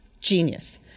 Genius